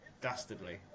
dastardly